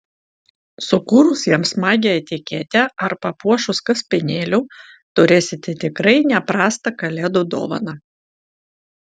sukūrus jam smagią etiketę ar papuošus kaspinėliu turėsite tikrai ne prastą kalėdų dovaną